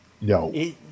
no